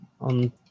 on